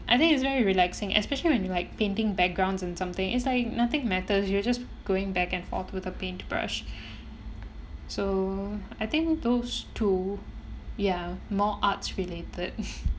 I think it's very relaxing especially when you like painting backgrounds and something is like nothing matters you're just going back and forth with a paintbrush so I think those two ya more arts-related